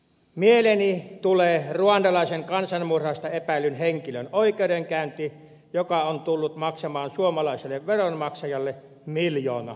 mieleeni tulee ruandalaisen kansanmurhasta epäillyn henkilön oikeudenkäynti joka on tullut maksamaan suomalaisille veronmaksajille miljoona euroa